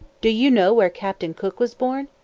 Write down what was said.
do you know where captain cook was born?